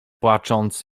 płacząc